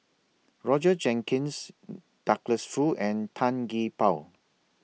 Roger Jenkins Douglas Foo and Tan Gee Paw